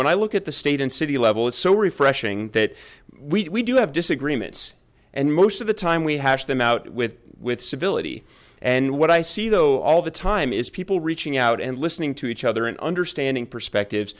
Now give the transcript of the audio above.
when i look at the state and city level it's so refreshing that we do have disagreements and most of the time we hashed them out with with civility and what i see though all the time is people reaching out and listening to each other and understanding perspectives